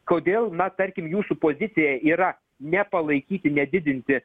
kodėl na tarkim jūsų pozicija yra nepalaikyti nedidinti